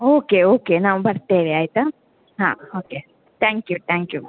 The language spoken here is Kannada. ಓಕೆ ಓಕೆ ನಾವ್ ಬರ್ತೇವೆ ಆಯಿತಾ ಹಾಂ okay thank you thank you